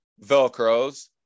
Velcros